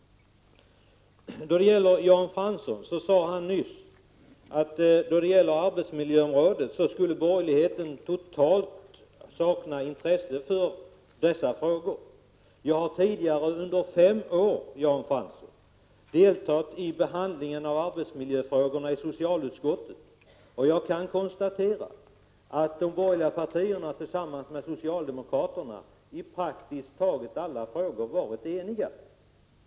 Jan Fransson sade nyss att borgerligheten totalt saknar intresse för arbetsmiljöfrågorna. Jag har tidigare under fem år, Jan Fransson, deltagit i behandlingen av arbetsmiljöfrågorna i socialutskottet. Jag kan konstatera att de borgerliga partierna i praktiskt taget alla frågor varit eniga med socialdemokraterna.